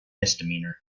misdemeanor